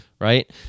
right